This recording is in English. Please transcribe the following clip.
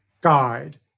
guide